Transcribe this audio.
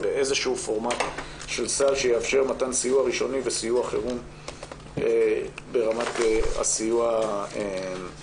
באיזשהו פורמט שיאפשר מתן סיוע ראשוני וסיוע חירום ברמת הסיוע הכלכלי.